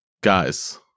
guys